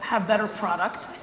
have better product.